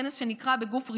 כנס שנקרא "בגוף ראשון",